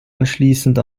anschließend